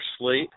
slate